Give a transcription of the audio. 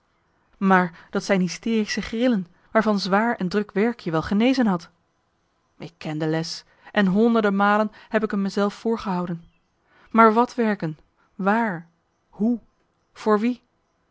maar dat zijn hysterische grillen waarvan zwaar en druk werk je wel genezen had ik ken de les en honderden malen heb ik m me zelf voorgehouden maar wat werken waar hoe voor wie